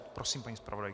Prosím, paní zpravodajko.